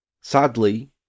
Sadly